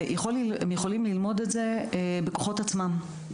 והם יכולים ללמוד את זה בכוחות עצמם.